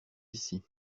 ici